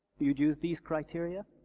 you use these criteria